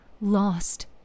lost